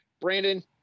Brandon